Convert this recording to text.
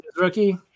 rookie